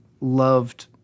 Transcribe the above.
loved